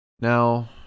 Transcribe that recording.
Now